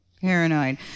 paranoid